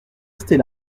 rester